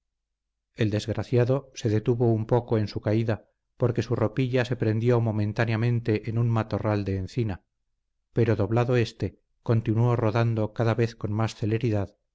el desgraciado se detuvo un poco en su caída porque su ropilla se prendió momentáneamente en un matorral de encina pero doblado éste continuó rodando cada vez con más celeridad